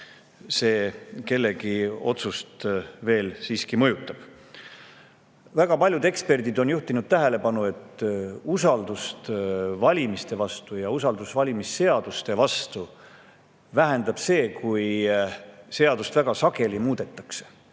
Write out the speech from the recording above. see kellegi otsust veel siiski mõjutab. Väga paljud eksperdid on juhtinud tähelepanu, et usaldust valimiste vastu ja usaldust valimisseaduste vastu vähendab see, kui seadust väga sageli muudetakse.